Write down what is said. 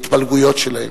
ההתפלגויות שלהם.